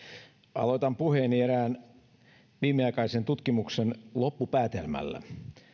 aloitan puheeni erään viimeaikaisen tutkimuksen loppupäätelmällä